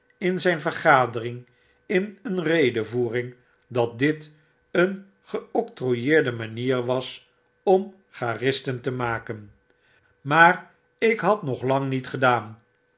butcher verkharde inzynvergadering in een redevoering dat dit een geoctrooieerde manier was om ghartisten te maken maar ik had nog lang niet gedaan